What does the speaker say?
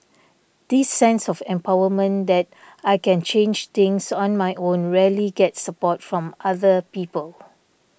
this sense of empowerment that I can change things on my own rarely gets support from other people